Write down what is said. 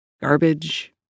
garbage